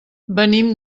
venim